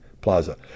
Plaza